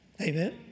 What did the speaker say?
Amen